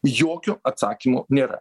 jokio atsakymo nėra